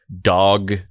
dog